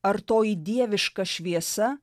ar toji dieviška šviesa